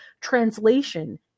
translation